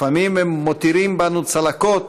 לפעמים הם מותירים בנו צלקות,